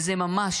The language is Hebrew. וזה ממש